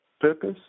purpose